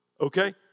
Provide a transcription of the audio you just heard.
okay